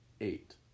Eight